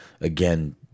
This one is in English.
again